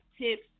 tips